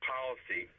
policy